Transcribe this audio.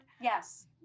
Yes